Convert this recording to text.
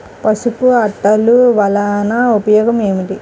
పసుపు అట్టలు వలన ఉపయోగం ఏమిటి?